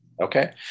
okay